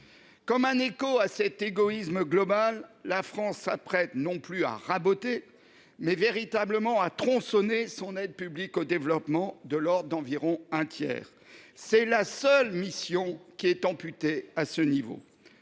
Comme un écho à cet égoïsme global, la France s’apprête non plus seulement à raboter, mais véritablement à tronçonner son aide publique au développement (APD), de l’ordre d’environ un tiers. C’est la seule mission qui est amputée à ce point